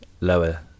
lower